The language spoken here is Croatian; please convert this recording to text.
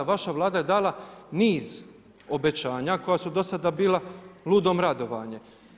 Vaša Vlada je dala niz obećanja koja su do sada bila ludom radovanje.